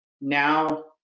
now